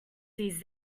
these